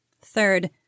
Third